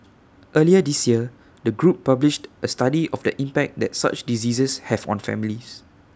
earlier this year the group published A study of the impact that such diseases have on families